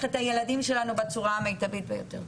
את הילדים שלנו בצורה המיטבית ביותר.